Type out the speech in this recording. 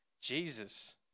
Jesus